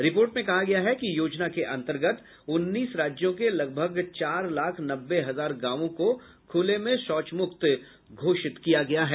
report में कहा गया है कि योजना के अन्तर्गत उन्नीस राज्यों के लगभग चार लाख नब्बे हजार गांवों को खुले में शौच मुक्त घोषित किया गया है